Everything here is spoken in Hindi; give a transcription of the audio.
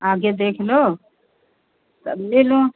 आगे देख लो तब ले लो